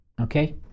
okay